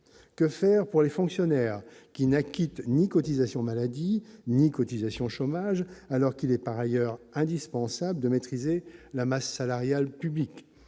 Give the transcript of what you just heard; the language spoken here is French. que faire pour les fonctionnaires qui n'acquittent ni cotisations maladie ni cotisations chômage alors qu'il est par ailleurs indispensable de maîtriser la masse salariale publique